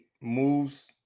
moves